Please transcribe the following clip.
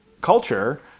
culture